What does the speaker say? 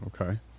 okay